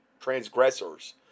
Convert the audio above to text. transgressors